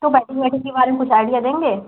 तो बैटिंग वैटिंग के बारे में कुछ आइडिया देंगे